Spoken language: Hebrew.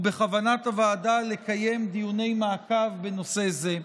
ובכוונת הוועדה לקיים דיוני מעקב בנושא זה.